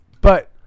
But-